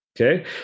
okay